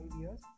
years